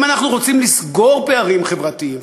אם אנחנו רוצים לסגור פערים חברתיים,